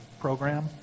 program